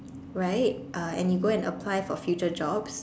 right uh and you go an apply for future jobs